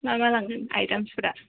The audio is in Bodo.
मा मा लांगोन आयतेम्सफोरा